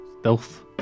Stealth